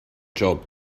job